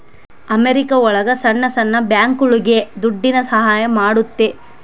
America ಒಳಗ ಸಣ್ಣ ಸಣ್ಣ ಬ್ಯಾಂಕ್ಗಳುಗೆ ದುಡ್ಡಿನ ಸಹಾಯ ಮಾಡುತ್ತೆ